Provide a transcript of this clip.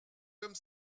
comme